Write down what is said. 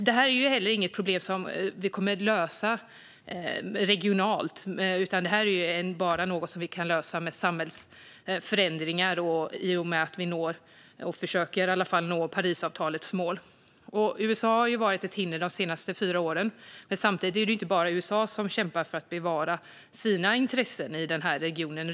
Detta är inget problem som vi kommer att lösa regionalt, utan detta är något som vi bara kan lösa med samhällsförändringar och genom att nå, eller åtminstone försöka nå, Parisavtalets mål. USA har varit ett hinder de senaste fyra åren, men samtidigt är det inte bara USA som kämpar för att bevara sina intressen i denna region.